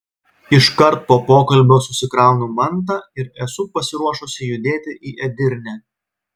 iškart po pokalbio susikraunu mantą ir esu pasiruošusi judėti į edirnę